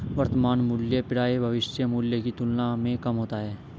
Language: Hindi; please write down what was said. वर्तमान मूल्य प्रायः भविष्य मूल्य की तुलना में कम होता है